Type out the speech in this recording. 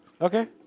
Okay